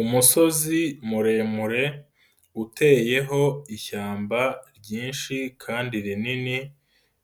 Umusozi muremure uteyeho ishyamba ryinshi kandi rinini,